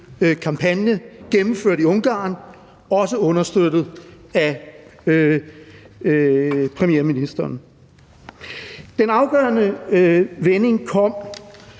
kampagne er gennemført i Ungarn, også understøttet af premierministeren. Den afgørende vending kom,